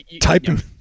typing